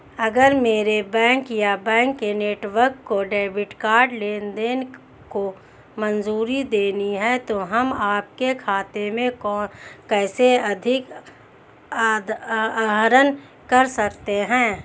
अगर मेरे बैंक या बैंक नेटवर्क को डेबिट कार्ड लेनदेन को मंजूरी देनी है तो हम आपके खाते से कैसे अधिक आहरण कर सकते हैं?